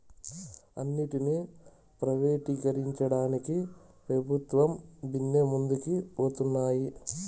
అన్నింటినీ ప్రైవేటీకరించేదానికి పెబుత్వాలు బిన్నే ముందరికి పోతన్నాయి